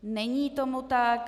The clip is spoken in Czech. Není tomu tak.